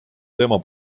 tema